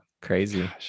Crazy